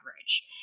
average